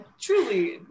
truly